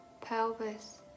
pelvis